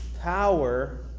power